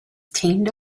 teamed